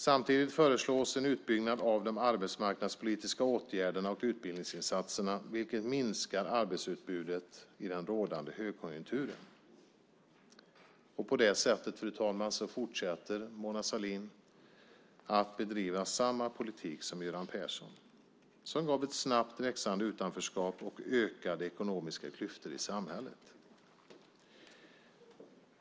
Samtidigt föreslås en utbyggnad av de arbetsmarknadspolitiska åtgärderna och utbildningsinsatserna vilket minskar arbetsutbudet i den rådande högkonjunkturen. Fru talman! På det sättet fortsätter Mona Sahlin att bedriva samma politik som Göran Persson. Det gav ett snabbt växande utanförskap och ökade ekonomiska klyftor i samhället.